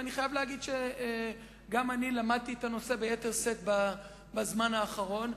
ואני חייב להגיד שגם אני למדתי את הנושא ביתר שאת בזמן האחרון,